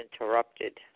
interrupted